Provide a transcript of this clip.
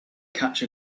catch